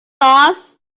boss